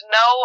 no